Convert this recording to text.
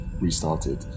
restarted